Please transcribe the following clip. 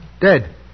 dead